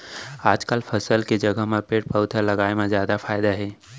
आजकाल फसल के जघा म पेड़ पउधा लगाए म जादा फायदा हे